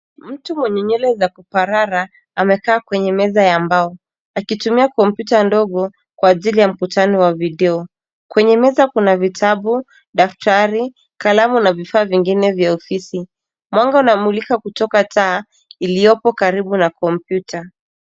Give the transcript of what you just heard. Mtu mwenye nywele za kuparara, amekaa kwenye meza ya mbao, akitumia kompyuta ndogo, kwa ajili ya mkutano wa videyo. Kwenye meza kuna vitabu, daftari, kalamu, na vifaa vingine vya ofisi. Mwanga unamulika kutoka taa, iliopo karibu na kompyuta.